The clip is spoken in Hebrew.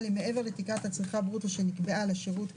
לתת למערכת אפשרות להנגיש יותר שירותים